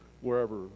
wherever